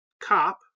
cop